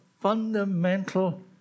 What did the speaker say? fundamental